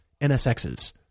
NSXs